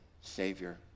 Savior